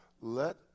Let